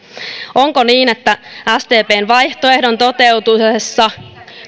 onko niin että sdpn vaihtoehdon toteutuessa